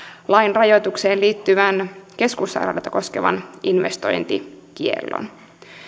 lain rajoitukseen liittyvän keskussairaaloita koskevan investointikiellon